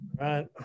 Right